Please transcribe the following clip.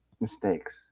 mistakes